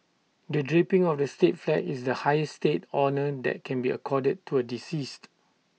the draping of the state flag is the highest state honour that can be accorded to A deceased